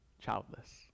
childless